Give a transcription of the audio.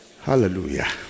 Hallelujah